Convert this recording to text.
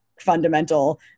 fundamental